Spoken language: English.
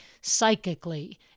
psychically